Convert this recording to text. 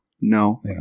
no